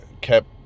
kept